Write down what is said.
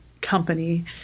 company